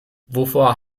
wovor